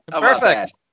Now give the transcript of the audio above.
Perfect